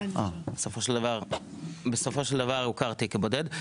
בסופו של דבר הוכרתי כבודד.